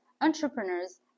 entrepreneurs